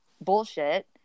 bullshit